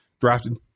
drafted